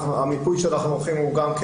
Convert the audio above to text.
המיפוי שאנחנו עורכים הוא גם כן